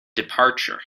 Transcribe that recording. departure